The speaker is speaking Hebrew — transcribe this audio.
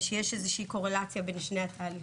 יש איזו שהיא קורלציה בין שני התהליכים,